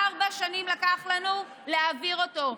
ארבע שנים לקח לנו להעביר אותו.